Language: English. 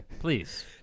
Please